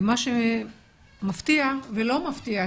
מה שמפתיע ולא מפתיע,